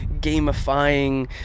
gamifying